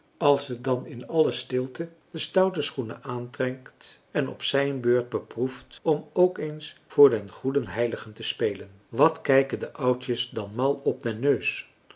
als het dan in alle stilte de stoute schoenen aantrekt en op zijn beurt beproeft om ook eens voor den goeden heilige te spelen wat kijken de oudjes dan mal op den neus